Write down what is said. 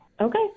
Okay